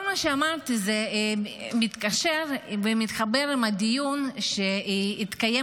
כל מה שאמרתי מתקשר ומתחבר עם הדיון שהתקיים